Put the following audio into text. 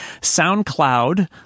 SoundCloud